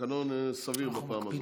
תקנון סביר בפעם הזאת.